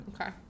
Okay